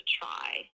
try